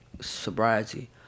sobriety